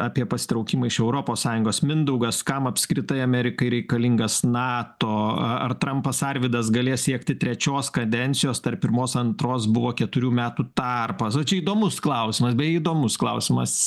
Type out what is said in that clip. apie pasitraukimą iš europos sąjungos mindaugas kam apskritai amerikai reikalingas nato ar trampas arvydas galės siekti trečios kadencijos tarp pirmos antros buvo keturių metų tarpas va čia įdomus klausimas beje įdomus klausimas